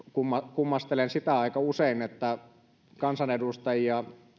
kummastelen sitä aika usein että kansanedustajia